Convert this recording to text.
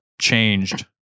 changed